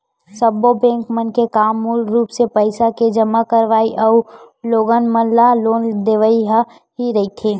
सब्बो बेंक मन के काम मूल रुप ले पइसा के जमा करवई अउ लोगन मन ल लोन देवई ह ही रहिथे